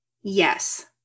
yes